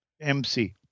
MC